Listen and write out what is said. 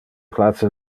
place